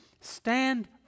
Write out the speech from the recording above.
stand